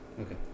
Okay